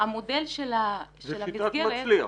המודל של המסגרת -- זו שיטת מצליח.